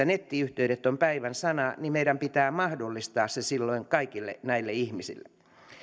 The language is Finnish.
nettiyhteydet on päivän sana meidän pitää mahdollistaa se silloin kaikille näille ihmisille